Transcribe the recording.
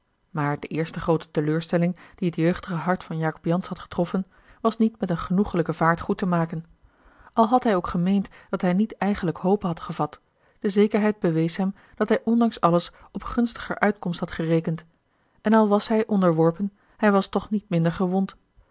maar de eerste groote teleurstelling die het jeugdige hart van jacob jansz had getroffen was niet met eene genoegelijke vaart goed te maken al had hij ook gemeend dat hij niet eigenlijk hope had gevat de zekerheid bewees hem dat hij ondanks alles op gunstiger uitkomst had gerekend en al was hij onderworpen hij was toch niet minder gewond